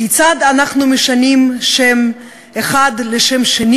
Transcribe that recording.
כיצד אנחנו משנים שם אחד לשם אחר.